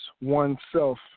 oneself